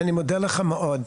אני מודה לך מאוד.